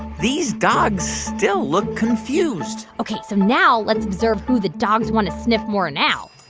these dogs still look confused ok, so now let's observe who the dogs want to sniff more now